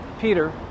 Peter